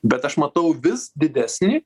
bet aš matau vis didesnį